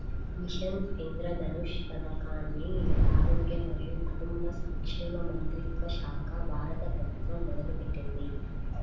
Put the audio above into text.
machine Indradhanush పథకాన్ని ఆరోగ్య మరియు కుటుంబ సంక్షేమ మంత్రిత్వశాఖ, భారత ప్రభుత్వం మొదలుపెట్టింది